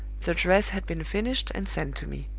the dress had been finished and sent to me.